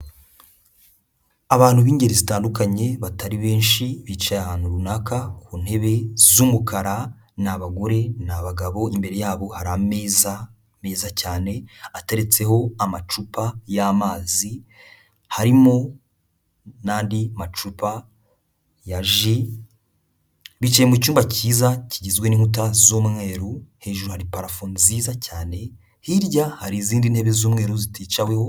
Abantu b'ingeri zitandukanye batari benshi bicaye ahantu runaka ku ntebe z'umukara ni abagore ni abagabo, imbere yabo hari ameza meza cyane ateretseho amacupa y'amazi, harimo n'andi macupa ya ji, bicaye mu cyumba cyiza kigizwe n'inkuta z'umweru, hejuru hari parafo nziza cyane, hirya hari izindi ntebe z'umweru ziticaweho.